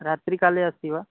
रात्रिकाले अस्ति वा